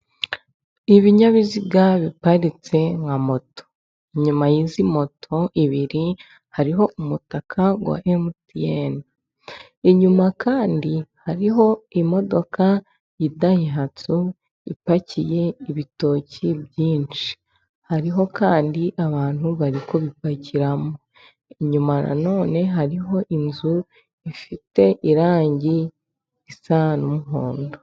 Ibinyabiziga biparitse nka moto, inyuma y'izi moto ibiri, hariho umutaka wa mtn. Inyuma kandi hariho imodoka y'idayihatso ipakiye ibitoki byinshi, hariho kandi abantu bari kubipakiramo. Inyuma na none hariho inzu ifite irangi isa n'umuhondo.